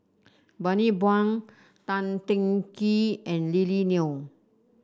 Bani Buang Tan Teng Kee and Lily Neo